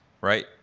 Right